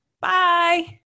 Bye